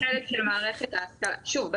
שוב,